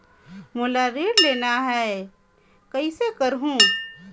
मोला ऋण लेना ह, कइसे करहुँ?